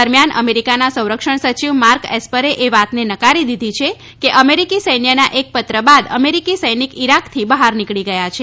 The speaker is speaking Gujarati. દરમિયાન અમેરીકાના સંરક્ષણ સચિવ માર્ક એસ્પરે એ વાતને નકારી દીધી છે કે અમેરીકી સૈન્યના એક પત્ર બાદ અમેરીકી સૈનિક ઇરાકથી બહાર નીકળી રહ્યા છે